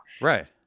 Right